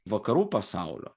vakarų pasaulio